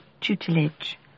tutelage